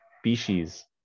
species